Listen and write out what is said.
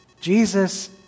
Jesus